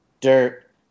Dirt